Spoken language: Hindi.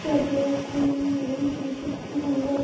सब लोग कुल यही चीज़ है कि मतलब